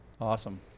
Awesome